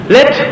Let